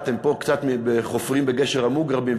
אתם פה קצת חופרים בגשר המוגרבים,